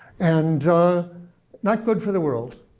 and not good for the world.